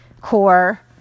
core